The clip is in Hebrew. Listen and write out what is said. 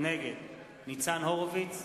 נגד ניצן הורוביץ,